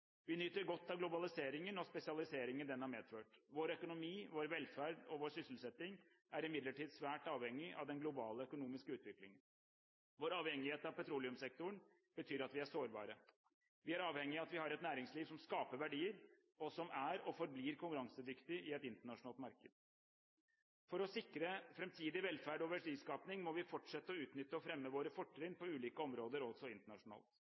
Vi nyter godt av globaliseringen og spesialiseringen det har medført. Vår økonomi, vår velferd og vår sysselsetting er imidlertid svært avhengig av den globale økonomiske utviklingen. Vår avhengighet av petroleumssektoren betyr at vi er sårbare. Vi er avhengig av at vi har et næringsliv som skaper verdier, og som er og forblir konkurransedyktig i et internasjonalt marked. For å sikre framtidig velferd og verdiskaping må vi fortsette å utnytte og fremme våre fortrinn på ulike områder også internasjonalt.